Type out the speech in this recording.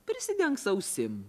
prisidengs ausim